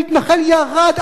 מתנחל ירד,